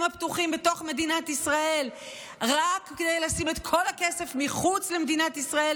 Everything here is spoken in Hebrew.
הפתוחים בתוך מדינת ישראל רק כדי לשים את כל הכסף מחוץ למדינת ישראל,